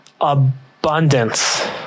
abundance